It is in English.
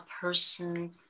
person